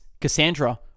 Cassandra